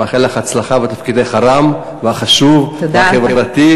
אני מאחל לך הצלחה בתפקידך הרם, החשוב והחברתי.